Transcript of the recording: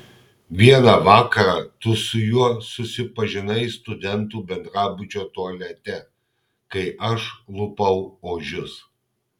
vieną vakarą tu su juo susipažinai studentų bendrabučio tualete kai aš lupau ožius